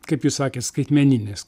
kaip jūs sakėt skaitmeninės